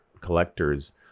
collectors